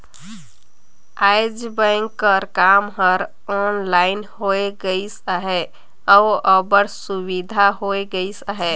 आएज बेंक कर काम हर ऑनलाइन होए गइस अहे अउ अब्बड़ सुबिधा होए गइस अहे